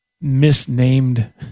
misnamed